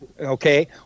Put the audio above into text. okay